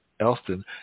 Elston